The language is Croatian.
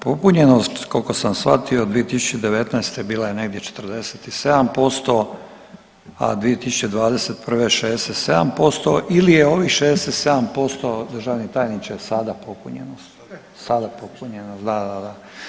Popunjenost, koliko sam shvatio 2019. bila je negdje 47%, a 2021. 67% ili je ovih 67%, državni tajniče, sada popunjenost? ... [[Upadica se ne čuje.]] Sada popunjenost, da, da, da.